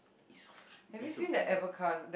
easo~ esophagus